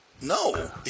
no